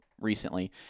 recently